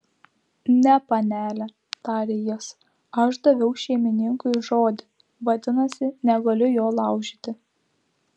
ne panele tarė jis aš daviau šeimininkui žodį vadinasi negaliu jo laužyti